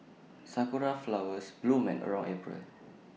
Sakura Flowers bloom around April